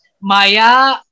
Maya